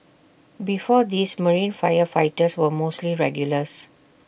before this marine firefighters were mostly regulars